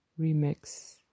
Remix